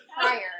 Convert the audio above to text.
prior